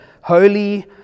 Holy